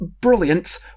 brilliant